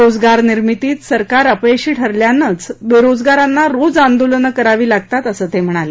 रोजगार निर्मितीत सरकार अपयशी ठरल्यानंच बेरोजगारांना रोज आंदोलनं करावी लागतात असं ते म्हणाले